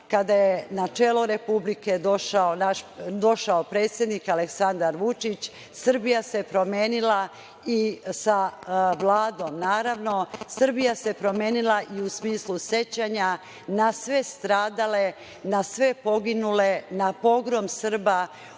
kada je na čelo Republike došao predsednik Aleksandar Vučić. Srbija se promenila i sa Vladom, naravno. Srbija se promenila i u smislu sećanja na sve stradale, na sve poginule na pogrom Srba